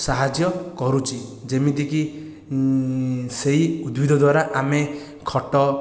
ସାହାଯ୍ୟ କରୁଛି ଯେମିତି କି ସେହି ଉଦ୍ଭିଦ ଦ୍ୱାରା ଆମେ ଖଟ